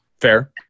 Fair